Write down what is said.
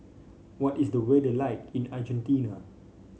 what is the weather like in Argentina